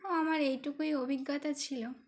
ও আমার এইটুকুই অভিজ্ঞতা ছিল